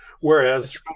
Whereas